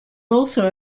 also